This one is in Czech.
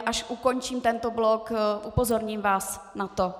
Až ukončím tento blok, upozorním vás na to.